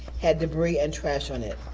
had debris and trash on it.